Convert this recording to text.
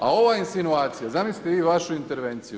A ova insinuacija, zamislite vi vašu intervenciju.